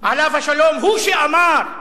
עליו השלום הוא שאמר: